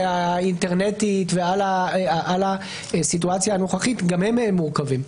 האינטרנטית ועל הסיטואציה הנוכחית גם היא מורכבת.